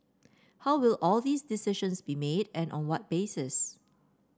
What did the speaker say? how will all these decisions be made and on what basis